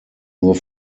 nur